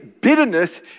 bitterness